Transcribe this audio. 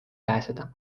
pääseda